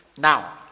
Now